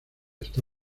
está